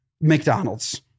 McDonald's